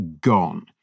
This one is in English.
gone